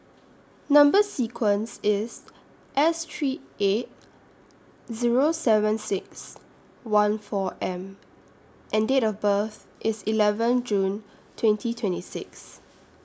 Number sequence IS S three eight Zero seven six one four M and Date of birth IS eleven June twenty twenty six